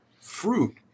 fruit